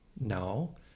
No